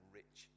rich